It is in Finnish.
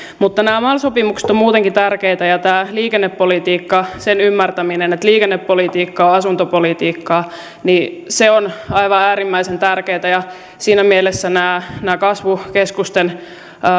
nämä mal sopimukset ovat muutenkin tärkeitä ja myös liikennepolitiikka sen ymmärtäminen että liikennepolitiikka on on asuntopolitiikkaa on aivan äärimmäisen tärkeää ja nämä nämä kasvukeskusten